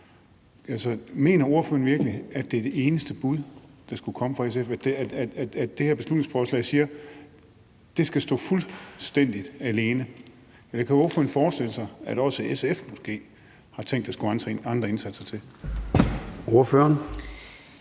Mener ordføreren virkelig, at det er det eneste bud, der skulle komme fra SF, og at det her beslutningsforslag siger, at det her skal stå fuldstændig alene? Eller kan ordføreren forestille sig, at SF måske også har tænkt, at der skulle andre indsatser til?